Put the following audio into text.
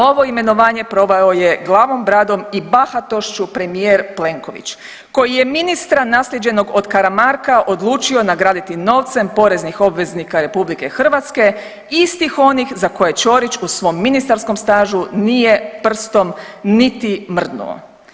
Ovo imenovanje proveo je glavom, bradom i bahatošću premijer Plenković koji je ministra naslijeđenog od Karamarka odlučio nagraditi novcem poreznih obveznika RH istih onih za koje Čorić u svom ministarskom stažu nije prstom niti mrdnuo.